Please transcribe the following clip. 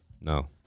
No